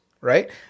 right